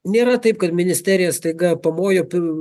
nėra taip kad ministerija staiga pamojo pir